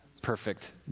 perfect